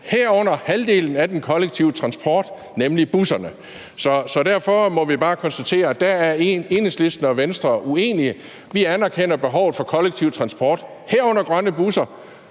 herunder halvdelen af den kollektive transport, nemlig busserne. Derfor må vi bare konstatere, at der er Enhedslisten og Venstre uenige. Vi anerkender behovet for kollektiv transport, herunder grønne busser